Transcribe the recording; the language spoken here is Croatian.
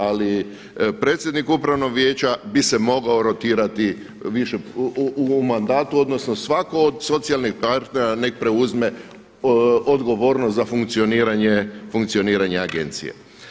Ali predsjednik Upravnog vijeća bi se mogao rotirati u mandatu, odnosno svatko od socijalnih partnera nek' preuzme odgovornost za funkcioniranje agencije.